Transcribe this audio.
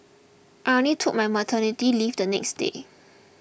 I only took my maternity leave the next day